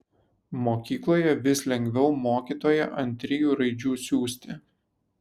mokykloje vis lengviau mokytoją ant trijų raidžių siųsti